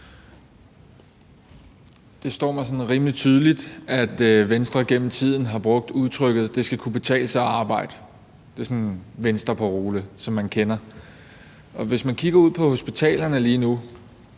mig sådan rimelig tydeligt, at Venstre igennem tiden har brugt udtrykket, at det skal kunne betale sig at arbejde – det er sådan en Venstreparole, som man kender – og hvis man lige nu kigger ud på hospitalerne,